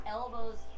elbows